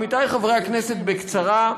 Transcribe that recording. עמיתי חברי הכנסת, בקצרה,